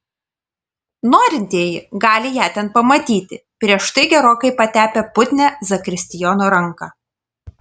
norintieji gali ją ten pamatyti prieš tai gerokai patepę putnią zakristijono ranką